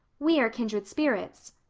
we are kindred spirits.